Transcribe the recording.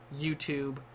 YouTube